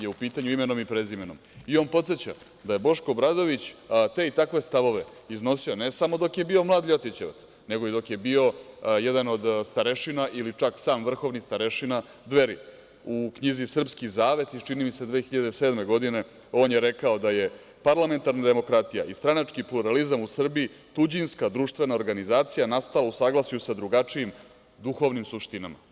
On podseća da je Boško Obradović te i takve stavove iznosio ne samo dok je bio mlad Ljotićevac nego i dok je bio jedan od starešina ili čak sam vrhovni starešina Dveri, u knjizi „Srpski zavet“, čini mi se 2007. godine, on je rekao da je parlamentarna demokratija i stranački pluralizam u Srbiji tuđinska društvena organizacija nastala u saglasju sa drugačijim duhovnim suštinama.